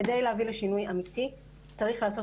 כדי להביא לשינוי אמיתי צריך לעשות